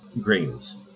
grains